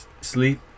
sleep